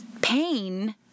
pain